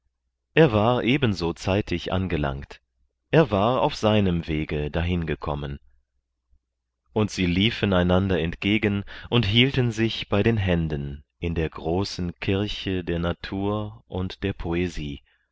er war ebenso zeitig angelangt er war auf seinem wege dahingekommen und sie liefen einander entgegen und hielten sich bei den händen in der großen kirche der natur und der poesie